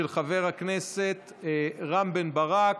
של חבר הכנסת רם בן ברק.